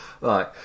Right